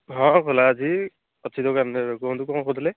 ହଁ ଖୋଲା ଅଛି ଅଛି ଦୋକାନରେ ଏବେ କୁହନ୍ତୁ କ'ଣ କହୁଥିଲେ